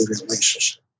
relationship